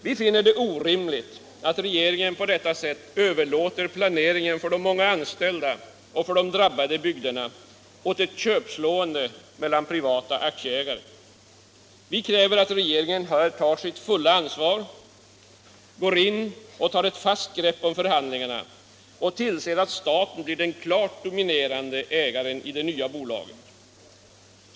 Vi finner det orimligt att regeringen på detta sätt överlåter planeringen för de många anställda och för de drabbade bygderna åt ett köpslående mellan privata aktieägare. Vi kräver att regeringen här tar sitt fulla ansvar, går in och tar ett fast grepp om förhandlingarna och tillser att staten blir den klart dominerande ägaren i det nya bolaget.